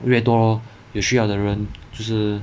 越多有需要的人就是